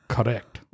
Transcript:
Correct